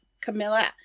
Camilla